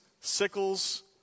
sickles